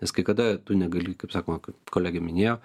nes kai kada tu negali kaip sakoma kaip kolegė minėjo